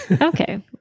Okay